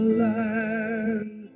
land